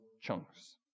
chunks